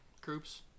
groups